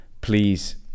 please